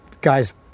guys